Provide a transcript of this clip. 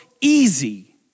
easy